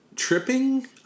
Tripping